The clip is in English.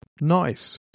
Nice